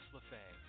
LaFay